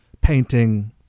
painting